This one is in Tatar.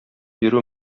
бирү